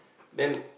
then